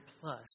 plus